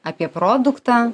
apie produktą